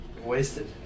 Wasted